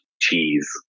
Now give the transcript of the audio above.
cheese